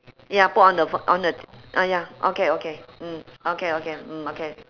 ya put on the ph~ on the uh ya okay okay mm okay okay mm okay